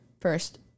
first